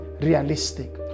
realistic